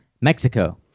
Mexico